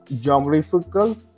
geographical